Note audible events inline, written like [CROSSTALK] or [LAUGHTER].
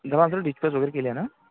[UNINTELLIGIBLE] वगैरे केली आहे ना